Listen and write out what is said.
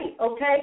okay